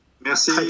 Merci